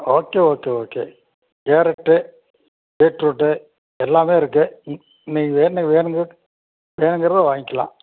okay okay okay carrot beetroot எல்லாமே இருக்குது இ இன்னைக்கு வேணு வேணுங்கிறத வேணுங்கிறத வாங்கிக்கலாம்